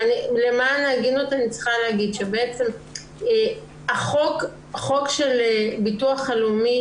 אבל למען ההגינות אני צריכה להגיד שחוק הביטוח הלאומי